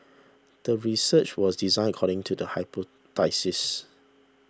the research was designed according to the hypothesis